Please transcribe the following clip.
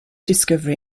discovery